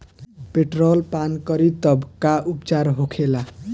Petrol पान करी तब का उपचार होखेला?